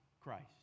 Christ